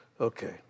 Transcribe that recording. Okay